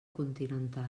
continental